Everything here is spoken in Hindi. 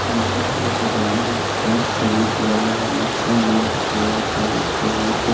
मेरा एक ज़मीन पाँच कड़ी पुराना नक्शा में मेरा था उसके बाद